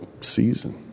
season